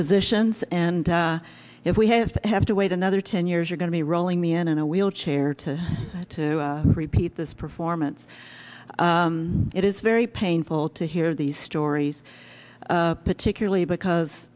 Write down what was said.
positions and if we have to have to wait another ten years we're going to be rolling me in a wheelchair to to repeat this performance it is very painful to hear these stories particularly because